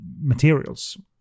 materials